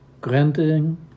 granting